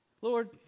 Lord